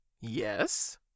Yes